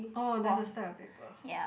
oh there's a stack of paper